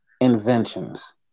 inventions